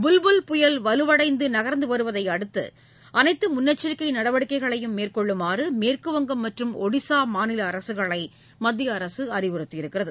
புல்புல் புயல் வலுவடைந்து நகர்ந்து வருவதையடுத்து அளைத்து முன்னெச்சிக்கை நடவடிக்கைகளையும் மேற்கொள்ளுமாறு மேற்குவங்கம் மற்றும் ஒடிசா மாநில அரசுகளை மத்திய அரசு அறிவுறுத்தியுள்ளது